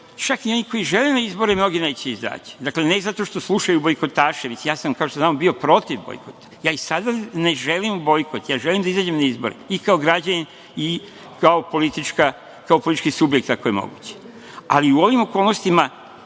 čak i oni koji žele na izbore, mnogi neće izaći. Dakle, ne zato što slušaju bojkotaše, već ja sam, kao što znamo, bio protiv bojkota i sada ja ne želim bojkot. Ja želim da izađem na izbore, i kao građanin i kao politički subjekt, ako je to moguće. U ovim okolnostima